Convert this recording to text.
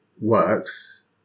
works